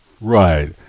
Right